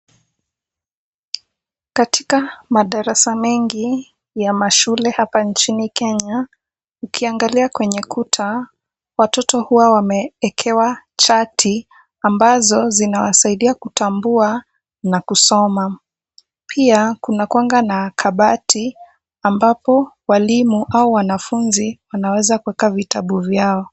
Katika madarasa mengi ya mashule hapa nchini Kenya ukiangalia kwenye kuta watoto huwa wameekewa chati ambazo zinawasaidia kutambua na kusoma. Pia kunakuanga na kabati ambapo walimu au wanafunzi wanaweza kuweka vitabu vyao.